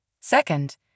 Second